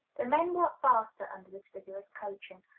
the men work faster under this vigorous coaching.